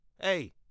Hey